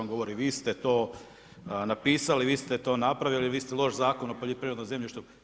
On govori vi ste to napisali, vi ste to napravili, vi ste loš zakon o poljoprivrednom zemljištu.